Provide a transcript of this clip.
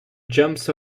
jumps